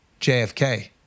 JFK